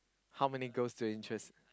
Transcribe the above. how many goes to interest